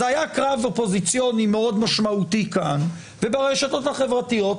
זה היה קרב אופוזיציוני מאוד משמעותי כאן וברשתות החברתיות,